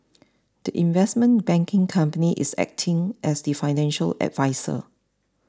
the investment banking company is acting as the financial adviser